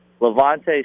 Levante